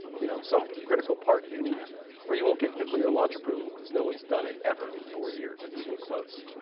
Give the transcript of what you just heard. you know some critical part you need or you won't get nuclear launch approval because no one's done it ever in four years, or even close.